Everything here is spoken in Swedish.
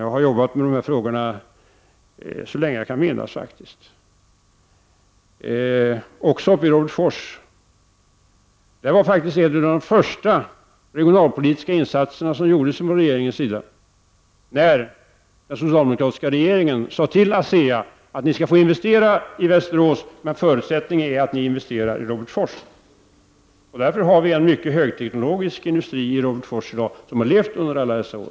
Jag har jobbat med dessa frågor så länge jag kan minnas, faktiskt, även uppe i Robertsfors. Där gjordes faktiskt en av de första regionalpolitiska insatserna från regeringen när den socialdemokratiska regeringen sade till ASEA att ASEA skulle få investera i Västerås under förutsättning att företaget investerade i Robertsfors. Därför har vi i dag en mycket högteknologisk industri i Robertsfors, som har levt under alla dessa år.